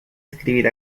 escribir